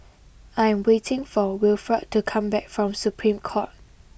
I am waiting for Wilford to come back from Supreme Court